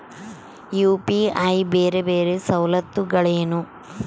UPI ಬೇರೆ ಬೇರೆ ಸವಲತ್ತುಗಳೇನು?